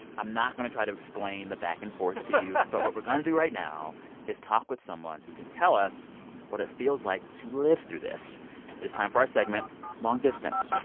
i'm not going to try to explain the back and forth to um you, but what we're going to do right now is talk with someone who can tell us what it feels like to live through this. it is time for our segment long distance